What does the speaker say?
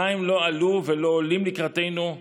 המים לא עלו ולא עולים לקראתנו,